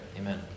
Amen